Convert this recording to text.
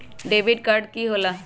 Debit card की होला?